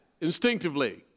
instinctively